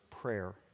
prayer